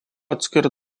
atskira